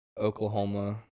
Oklahoma